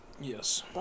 yes